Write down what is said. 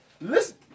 listen